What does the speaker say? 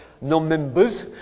Non-members